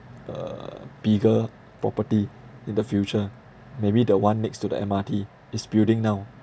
a bigger property in the future maybe the one next to the M_R_T it's building now